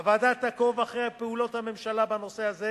הוועדה תעקוב אחרי פעולות הממשלה בנושא הזה